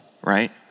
right